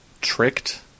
tricked